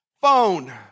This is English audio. phone